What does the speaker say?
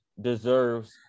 deserves